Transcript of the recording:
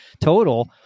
total